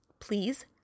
Please